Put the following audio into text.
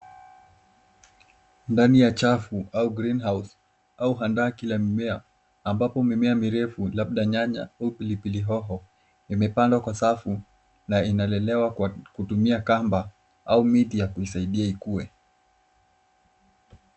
Ndani ya chafu au Green House au handaki la mimea ambapo mimea mirefu labda nyanya au pilipili hoho imepandwa kwa safu na inalelewa kwa kutumia kamba au miti ya kuisaidia ikue.